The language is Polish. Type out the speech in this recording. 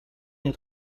nie